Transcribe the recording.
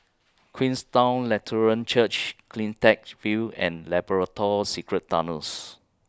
Queenstown Lutheran Church CleanTech View and Labrador Secret Tunnels